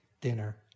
dinner